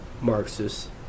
Marxist